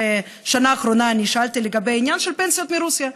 השנה האחרונה אני שאלתי לגבי העניין של פנסיות מרוסיה.